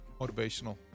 motivational